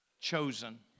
chosen